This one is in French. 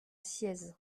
sciez